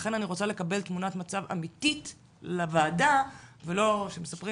לכן אני רוצה לקבל תמונת מצב אמיתית לוועדה ולא שמספרים